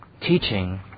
teaching